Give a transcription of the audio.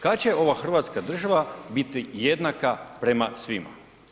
Kada će ova hrvatska država biti jednaka prema svima.